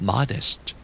Modest